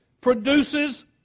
produces